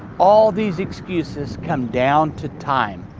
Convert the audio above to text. all these excuses come down to time.